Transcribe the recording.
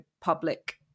public